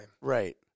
right